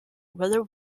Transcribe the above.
whether